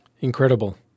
Incredible